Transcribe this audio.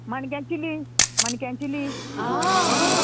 माणक्यां चिली माणक्यां चिली चिली